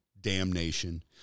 damnation